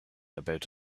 about